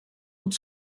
und